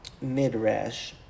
Midrash